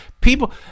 people